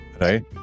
right